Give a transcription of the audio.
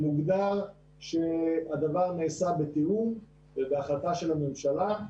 מוגדר שהדבר נעשה בתיאום ובהחלטה של הממשלה.